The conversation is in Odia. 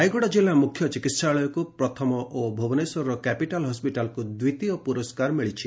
ରାୟଗଡ଼ା ଜିଲ୍ଲା ମୁଖ୍ୟ ଚିକିହାଳୟକୁ ପ୍ରଥମ ଓ ଭୁବନେଶ୍ୱରର କ୍ୟାପିଟାଳ୍ ହସ୍ୱିଟାଲକୁ ଦିତୀୟ ପୁରସ୍କାର ମିଳିଛି